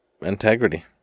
Integrity